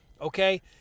Okay